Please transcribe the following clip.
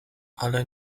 ale